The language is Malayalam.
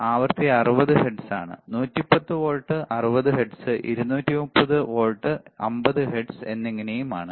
ആവൃത്തി 60 ഹെർട്സ് ആണ് 110 വോൾട്ട് 60 ഹെർട്സ് 230 വോൾട്ട് 50 ഹെർട്സ് എന്നിങ്ങനെയും ആണ്